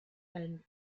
and